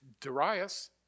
Darius